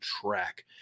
track